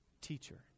teacher